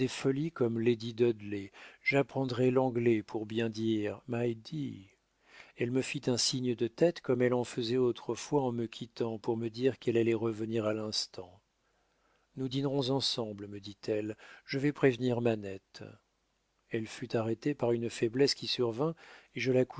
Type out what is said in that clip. comme lady dudley j'apprendrai l'anglais pour bien dire my dee elle me fit un signe de tête comme elle en faisait autrefois en me quittant pour me dire qu'elle allait revenir à l'instant nous dînerons ensemble me dit-elle je vais prévenir manette elle fut arrêtée par une faiblesse qui survint et je la